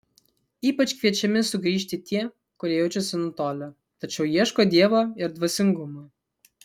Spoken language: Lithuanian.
ypač kviečiami sugrįžti tie kurie jaučiasi nutolę tačiau ieško dievo ir dvasingumo